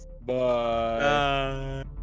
Bye